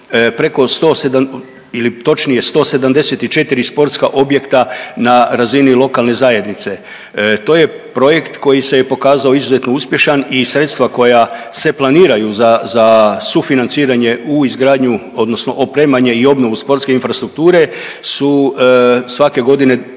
174 sportska objekta na razini lokalne zajednice. To je projekt koji se je pokazao izuzetno uspješan i sredstva koja se planiraju za sufinanciranje u izgradnju odnosno opremanje i obnovu sportske infrastrukture su svake godine